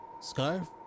scarf